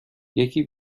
یکی